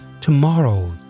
tomorrow